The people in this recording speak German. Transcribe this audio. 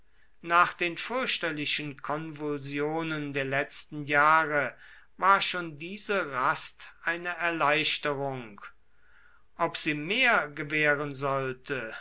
nach den fürchterlichen konvulsionen der letzten jahre war schon diese rast eine erleichterung ob sie mehr gewähren sollte